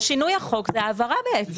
שינוי החוק זה העברה בעצם.